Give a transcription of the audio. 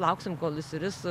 lauksim kol išsiris